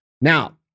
Now